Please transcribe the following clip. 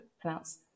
pronounce